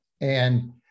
And-